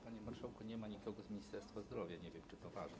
Panie marszałku, nie ma nikogo z Ministerstwa Zdrowia, nie wiem, czy to ważne.